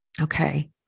Okay